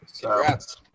Congrats